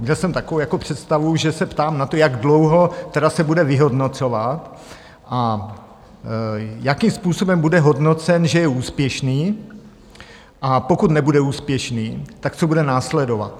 Měl jsem takovou představu, že se ptám na to, jak dlouho se tedy bude vyhodnocovat a jakým způsobem bude hodnocen, že je úspěšný; pokud nebude úspěšný, co bude následovat.